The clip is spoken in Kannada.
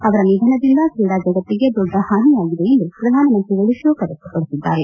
ಅವರ ನಿಧನದಿಂದ ಕ್ರೀಡಾ ಜಗತ್ತಿಗೆ ದೊಡ್ಡ ಹಾನಿಯಾಗಿದೆ ಎಂದು ಪ್ರಧಾನಮಂತ್ರಿಗಳು ಶೋಕ ವ್ಯಕ್ತಪಡಿಸಿದ್ದಾರೆ